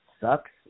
sucks